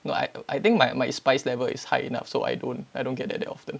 no I I think my my spice level is high enough so I don't I don't get that that often